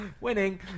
Winning